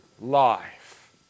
life